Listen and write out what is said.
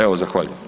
Evo zahvaljujem.